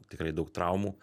tikrai daug traumų